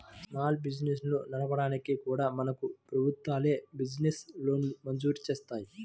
small బిజినెస్లను నడపడానికి కూడా మనకు ప్రభుత్వాలే బిజినెస్ లోన్లను మంజూరు జేత్తన్నాయి